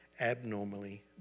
abnormally